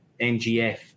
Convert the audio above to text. MGF